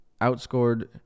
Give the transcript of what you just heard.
outscored